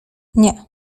nie